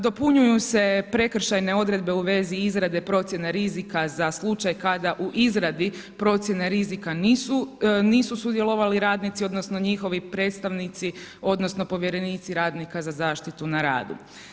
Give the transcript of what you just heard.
Dopunjuju se prekršajne odredbe u vezi izrade procjene rizika za slučaj kada u izradi procjene rizika nisu sudjelovali radnici odnosno njihovi predstavnici odnosno povjerenici radnika za zaštitu na radu.